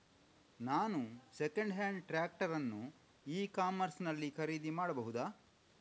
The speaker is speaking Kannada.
ನಾನು ಸೆಕೆಂಡ್ ಹ್ಯಾಂಡ್ ಟ್ರ್ಯಾಕ್ಟರ್ ಅನ್ನು ಇ ಕಾಮರ್ಸ್ ನಲ್ಲಿ ಖರೀದಿ ಮಾಡಬಹುದಾ?